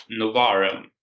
Novarum*